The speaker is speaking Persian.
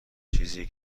چیزی